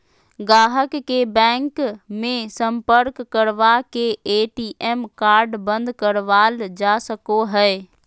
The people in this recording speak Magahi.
गाहक के बैंक मे सम्पर्क करवा के ए.टी.एम कार्ड बंद करावल जा सको हय